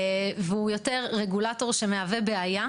והוא יותר רגולטור שמהווה בעיה.